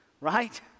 right